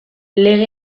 lege